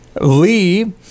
Lee